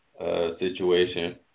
situation